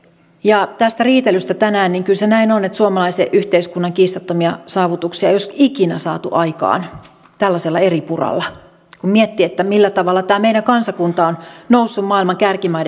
ja mitä tulee tähän riitelyyn tänään niin kyllä se näin on että suomalaisen yhteiskunnan kiistattomia saavutuksia ei olisi ikinä saatu aikaan tällaisella eripuralla kun miettii millä tavalla tämä meidän kansakunta on noussut maailman kärkimaiden joukkoon